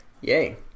Yay